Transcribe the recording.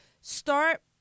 start